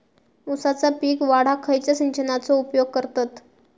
ऊसाचा पीक वाढाक खयच्या सिंचनाचो उपयोग करतत?